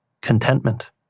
contentment